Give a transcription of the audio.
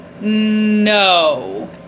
No